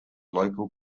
local